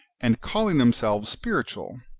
and calling themselves spiritual,